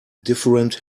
different